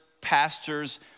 pastors